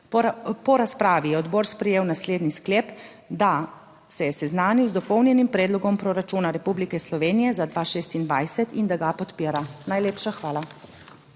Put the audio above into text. Po razpravi je odbor sprejel naslednji sklep, da se je seznanil z dopolnjenim predlogom proračuna Republike Slovenije za 2026 in da ga podpira. Najlepša hvala.